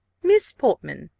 miss portman,